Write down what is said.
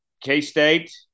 K-State